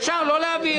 אפשר לא להעביר.